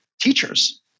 teachers